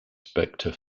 specter